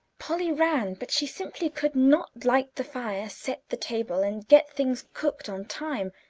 polly ran, but she simply could not light the fire, set the table, and get things cooked on time,